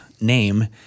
name